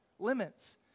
Limits